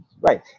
right